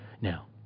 Now